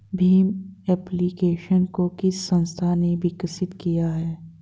Bhim application को किस संस्था ने विकसित किया है?